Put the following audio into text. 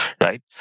right